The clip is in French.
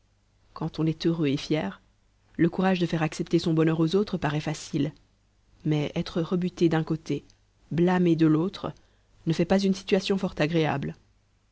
quand on est heureux et fier le courage de faire accepter son bonheur aux autres paraît facile mais être rebuté d'un côté blâmé de l'autre ne fait pas une situation fort agréable